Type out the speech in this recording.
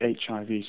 HIV